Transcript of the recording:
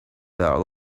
there